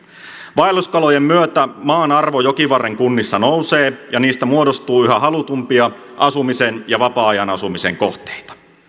vaelluskalojen myötä maan arvo jokivarren kunnissa nousee ja niistä muodostuu yhä halutumpia asumisen ja vapaa ajan asumisen kohteita